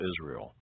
Israel